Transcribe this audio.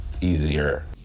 easier